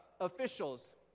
officials